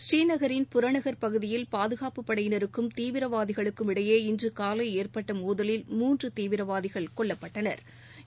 ஸ்ரீநகின் புறநக் பகுதியில் பாதுகாப்புப் படையினருக்கும் தீவிரவாதிகளுக்கும் இடையே இன்று காலை ஏற்பட்ட மோதலில் மூன்று தீவிரவாதிகள் கொல்லப்பட்டனா்